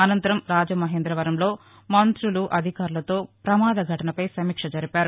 అనంతరం రాజమహేంద్రవరంలో మంతులు అధికారులతో ప్రపమాద ఘటనపై సమీక్ష జరిపారు